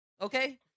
Okay